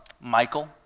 Michael